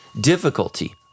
difficulty